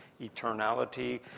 eternality